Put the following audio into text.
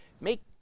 Make